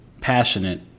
passionate